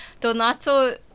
Donato